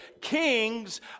Kings